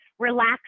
relax